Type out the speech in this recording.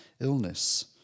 illness